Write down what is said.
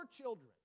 children